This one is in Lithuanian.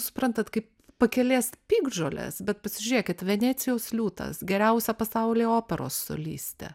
suprantate kaip pakelės piktžolės bet pasižiūrėkit venecijos liūtas geriausia pasaulyje operos solistė